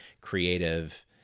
creative